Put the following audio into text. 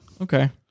Okay